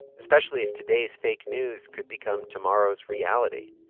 especially if today's fake news could become tomorrow's reality